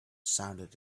sounded